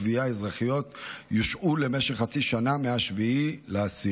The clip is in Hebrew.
תביעה אזרחיות יושעו למשך חצי שנה מ-7 באוקטובר,